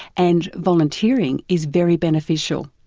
and volunteering is very beneficial.